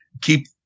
keep